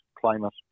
climate